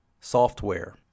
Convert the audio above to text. software